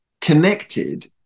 connected